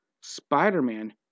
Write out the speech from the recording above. Spider-Man